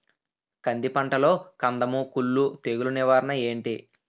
కంది పంటలో కందము కుల్లు తెగులు నివారణ ఏంటి?